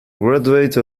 graduate